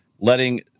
letting